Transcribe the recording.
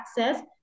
access